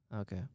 Okay